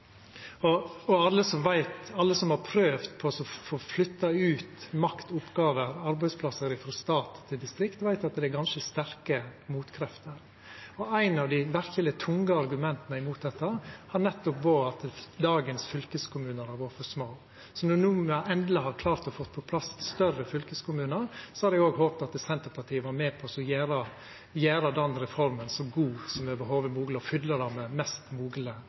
sentrale austlandsregionen. Alle som har prøvd å få flytta ut makt, oppgåver og arbeidsplassar frå staten til distrikta, veit at det er ganske sterke motkrefter. Eit av dei verkeleg tunge argumenta mot dette, har nettopp vore at dagens fylkeskommunar har vore for små. Så når me no endeleg har klart å få på plass større fylkeskommunar, hadde eg òg håpt at Senterpartiet var med på å gjera den reforma så god som i det heile mogleg, og fylla ho med mest mogleg